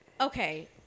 Okay